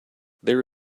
there